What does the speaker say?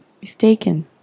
mistaken